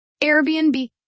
Airbnb